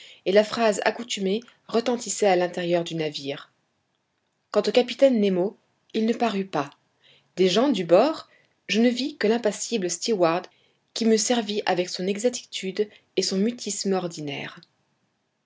et la phrase accoutumée retentissait à l'intérieur du navire quant au capitaine nemo il ne parut pas des gens du bord je ne vis que l'impassible stewart qui me servit avec son exactitude et son mutisme ordinaires